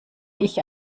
ich